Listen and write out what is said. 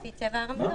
לפי צבע האזור,